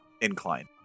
incline